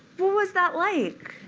what was that like?